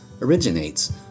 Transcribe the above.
originates